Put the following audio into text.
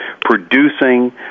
producing